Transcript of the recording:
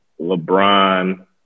LeBron